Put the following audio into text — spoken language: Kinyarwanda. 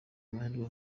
amahirwe